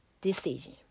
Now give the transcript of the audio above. decision